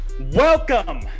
welcome